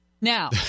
Now